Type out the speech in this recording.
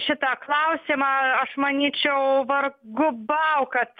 šitą klausimą aš manyčiau vargu bau kad